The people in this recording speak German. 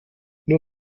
nur